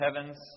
heavens